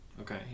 Okay